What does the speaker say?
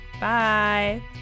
Bye